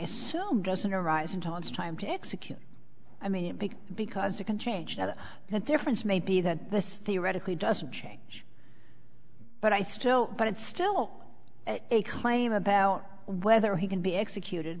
assume doesn't arise until it's time to execute i mean big because you can change that the difference may be that this theoretically doesn't change but i still but it's still a claim about whether he can be executed